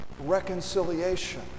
reconciliation